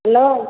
hello